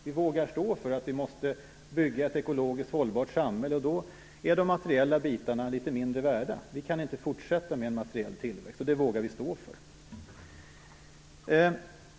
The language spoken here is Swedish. Vi vågar stå för att det måste byggas ett ekologiskt hållbart samhälle, och då är de materiella inslagen litet mindre värda. Vi vågar stå för att den materiella tillväxten inte kan fortsätta.